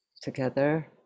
together